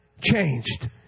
changed